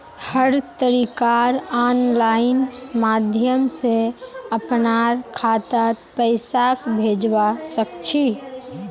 हर तरीकार आनलाइन माध्यम से अपनार खातात पैसाक भेजवा सकछी